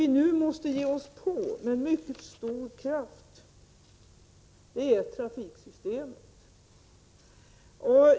Vad vi måste ge oss på med mycket stor kraft är trafiksystemet.